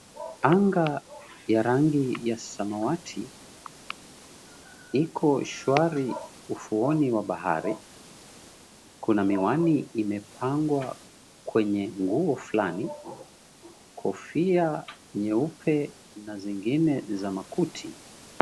Anga ya rangi ya samawati iko shwari ufuoni mwa bahari, kuna miwani imepangwa kwenye nguo flani, kofia nyeupe na zingine za makuti.